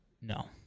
No